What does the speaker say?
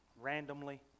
randomly